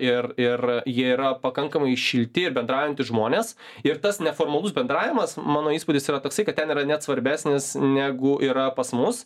ir ir jie yra pakankamai šilti bendraujantys žmonės ir tas neformalus bendravimas mano įspūdis yra toksai kad ten yra net svarbesnis negu yra pas mus